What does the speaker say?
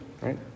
right